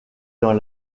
dans